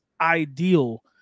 ideal